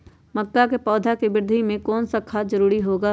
मक्का के पौधा के वृद्धि में कौन सा खाद जरूरी होगा?